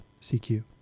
CQ